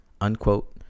unquote